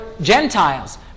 Gentiles